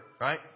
right